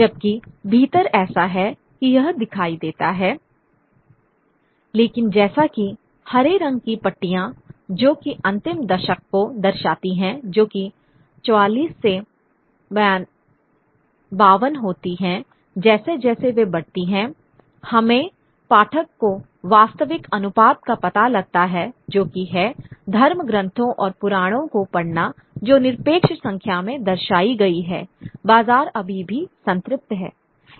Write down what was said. जबकि भीतर ऐसा है कि यह दिखाई देता है लेकिन जैसा कि हरे रंग की पट्टियाँ जो कि अंतिम दशक को दर्शाती हैं जो कि 44 से 52 होती हैं जैसे जैसे वे बढ़ती हैं हमें पाठक का वास्तविक अनुपात का पता लगता है जो कि है धर्मग्रंथों और पुराणों को पढ़ना जो निरपेक्ष संख्या में दर्शाई गई है बाजार अभी भी संतृप्त है